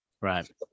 right